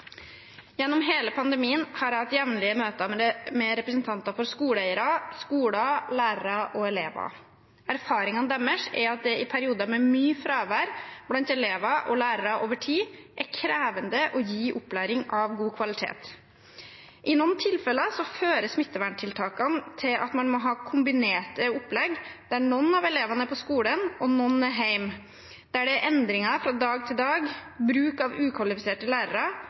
Gjennom hele pandemien har jeg hatt jevnlige møter med representanter for skoleeiere, skoler, lærere og elever. Erfaringene deres er at det i perioder med mye fravær blant elever og lærere over tid er krevende å gi opplæring av god kvalitet. I noen tilfeller fører smitteverntiltakene til at man må ha kombinerte opplegg, der noen av elevene er på skolen og noen er hjemme, der det er endringer fra dag til dag, bruk av ukvalifiserte lærere